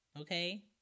okay